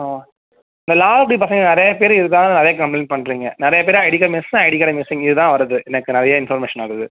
ஆ இந்த பசங்கள் நிறைய பேர் இருக்காங்கன்னு நிறைய கம்பளைண்ட் பண்ணுறீங்க நிறைய பேர் ID card miss ID card மிஸ்ஸிங்ன்னு இதுதான் வருது எனக்கு நிறையா இன்ஃபர்மேஷன் வருது